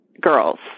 girls